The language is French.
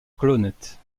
colonnettes